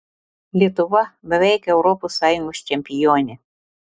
lietuva beveik europos sąjungos čempionė